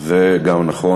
זה גם נכון.